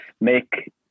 make